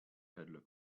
peddler